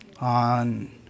on